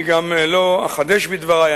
אני גם לא אחדש בדברי.